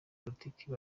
politike